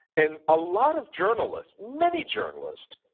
and a lot of journalists, many journalists,